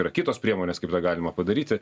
yra kitos priemonės kaip tą galima padaryti